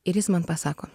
ir jis man pasako